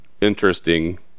interesting